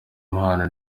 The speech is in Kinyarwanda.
impano